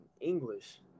English